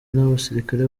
n’abasirikare